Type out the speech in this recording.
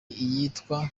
iyitwa